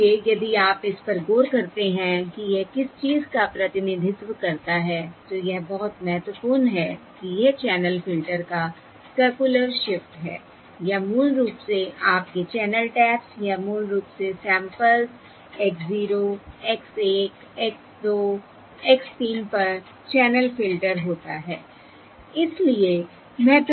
इसलिए यदि आप इस पर गौर करते हैं कि यह किस चीज़ का प्रतिनिधित्व करता है तो यह बहुत महत्वपूर्ण है कि यह चैनल फ़िल्टर का सर्कुलर शिफ्ट है या मूल रूप से आपके चैनल टैप्स या मूल रूप से samples x 0 x 1 x 2 x 3 पर चैनल फ़िल्टर होता है